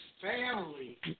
family